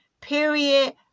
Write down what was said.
period